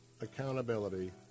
accountability